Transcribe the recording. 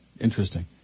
interesting